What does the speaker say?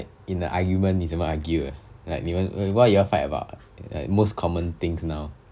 in the argument 你怎么 argue like 你们 what you all fight about the most common things now